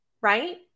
Right